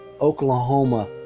Oklahoma